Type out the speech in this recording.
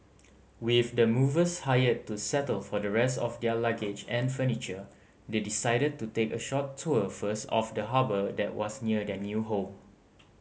with the movers hired to settle for the rest of their luggage and furniture they decided to take a short tour first of the harbour that was near their new home